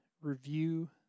review